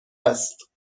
است